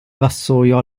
vassoio